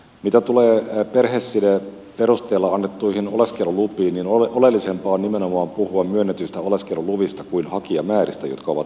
mitä tulee perhesideperusteella annettuihin oleskelulupiin niin oleellisempaa on nimenomaan puhua myönnetyistä oleskeluluvista kuin hakijamääristä jotka ovat ehkä laskeneet